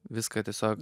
viską tiesiog